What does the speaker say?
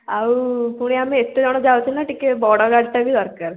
ଆଉ ପୁଣି ଆମେ ଏତେଜଣ ଯାଉଛେ ନା ଟିକିଏ ବଡ଼ ଗାଡ଼ିଟା ବି ଦରକାର୍